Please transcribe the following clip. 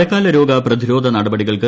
മഴക്കാല രോഗ പ്രതി രോധ നടപടികൾക്ക്